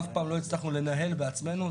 אף פעם לא הצלחנו לנהל בעצמנו.